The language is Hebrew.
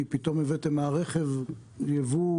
כי פתאום הבאתם מהרכב יבוא.